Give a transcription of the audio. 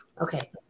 Okay